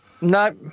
No